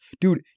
Dude